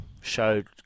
showed